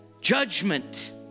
judgment